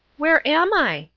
where am i?